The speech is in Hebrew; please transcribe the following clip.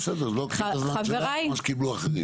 לא, בסדר, קחי את הזמן שלך, מה שקיבלו אחרים.